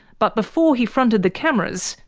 but before he fronted the cameras,